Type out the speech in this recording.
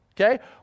Okay